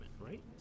right